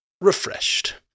refreshed